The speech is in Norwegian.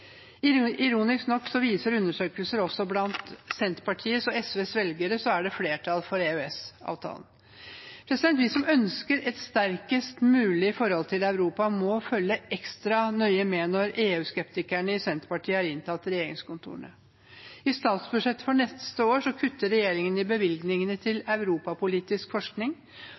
Ironisk nok viser undersøkelser også blant Senterpartiets og SVs velgere flertall for EØS-avtalen. Vi som ønsker et sterkest mulig forhold til Europa, må følge ekstra nøye med når EU-skeptikerne i Senterpartiet har inntatt regjeringskontorene. I statsbudsjettet for neste år kutter regjeringen i bevilgningene til europapolitisk forskning.